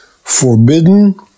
forbidden